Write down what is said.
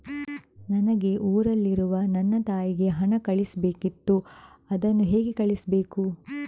ನನಗೆ ಊರಲ್ಲಿರುವ ನನ್ನ ತಾಯಿಗೆ ಹಣವನ್ನು ಕಳಿಸ್ಬೇಕಿತ್ತು, ಅದನ್ನು ಹೇಗೆ ಕಳಿಸ್ಬೇಕು?